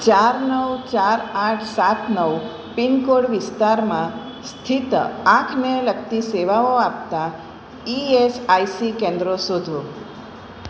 ચાર નવ ચાર આઠ સાત નવ પિનકોડ વિસ્તારમાં સ્થિત આંખને લગતી સેવાઓ આપતાં ઇએસઆઇસી કેન્દ્રો શોધો